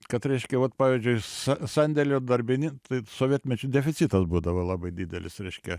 kad reiškia vat pavyzdžiui sa sandėlio darbini tai sovietmečiu deficitas būdavo labai didelis reiškia